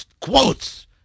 quotes